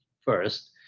first